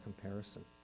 comparison